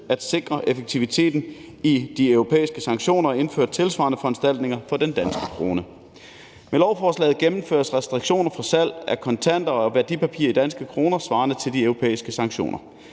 at sikre effektiviteten af de europæiske sanktioner og indføre tilsvarende foranstaltninger for den danske krone. Med lovforslaget gennemføres restriktioner for salg af kontanter og værdipapirer i danske kroner svarende til de europæiske sanktioner.